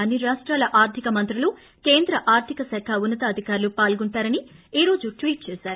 అన్ని రాష్టాల ఆర్దిక మంత్రులు కేంద్ర ఆర్దిక శాఖ ఉన్నతాధికారులు పాల్గొంటారని ఈరోజు ట్వీట్ చేశారు